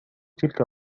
تلك